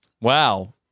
wow